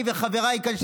אני וחבריי כאן,